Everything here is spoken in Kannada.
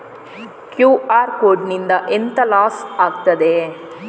ಕ್ಯೂ.ಆರ್ ಕೋಡ್ ನಿಂದ ಎಂತ ಲಾಸ್ ಆಗ್ತದೆ?